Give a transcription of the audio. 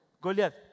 Goliath